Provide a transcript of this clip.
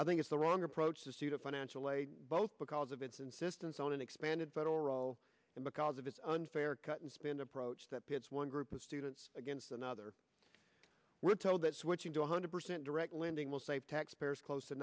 i think it's the wrong approach to suit a financial aid both because of its insistence on an expanded federal role and because of its unfair cut and spend approach that pits one group of students against another we're told that switching to one hundred percent direct lending will save taxpayers close to